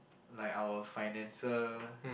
like our financial